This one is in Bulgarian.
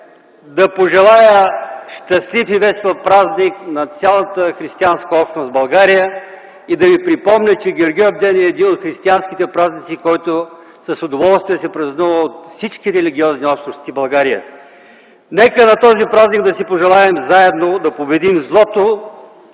да пожелая щастлив и весел празник на цялата християнска общност в България и да ви припомня, че Гергьовден е един от християнските празници, който с удоволствие се празнува от всички религиозни общности в България. Нека на този празник да си пожелаем заедно да победим злото,